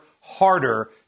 harder